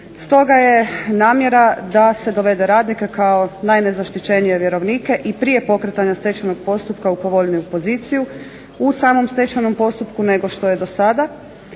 Stoga je namjera da se dovede radnika kao najnezaštićenije vjerovnike i prije pokretanja stečajnog postupka u povoljniju poziciju u samom stečajnom postupku nego što je do sada,